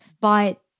but-